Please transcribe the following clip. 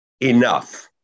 Enough